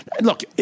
Look